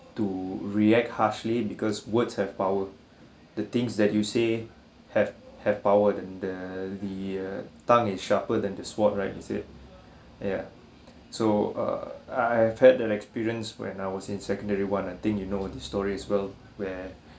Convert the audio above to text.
to react harshly because words have power the things that you say have have power than the the uh tongue is sharper than the sword right it said ya so err I I've had the experience when I was in secondary one I think you know this story as well where